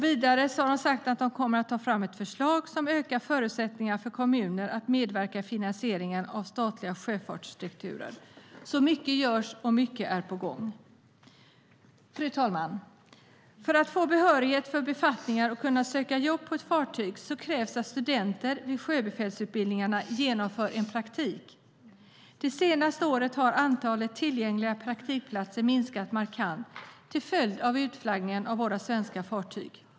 Vidare har regeringen sagt att man kommer att ta fram ett förslag som ökar förutsättningarna för kommuner att medverka i finansieringen av statlig sjöfartsinfrastruktur. Mycket görs alltså, och mycket är på gång. Fru talman! För att få behörighet för befattningar och kunna söka jobb på ett fartyg krävs att studenter vid sjöbefälsutbildningar genomför praktik. De senaste åren har antalet tillgängliga praktikplatser minskat markant till följd av utflaggningen av svenska fartyg.